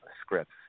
scripts